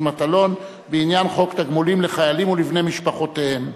מטלון בעניין תגמולים לחיילים ולבני משפחותיהם.